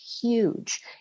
huge